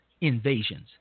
invasions